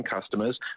customers